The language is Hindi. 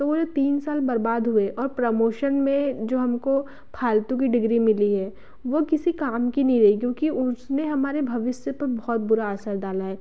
तो वो जो तीन साल बर्बाद हुए और प्रमोशन में जो हमको फालतू की डिग्री मिली है वो किसी काम की नहीं रही क्योंकि उसमें हमारे भविष्य पे बहुत बुरा असर डाला है